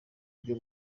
buryo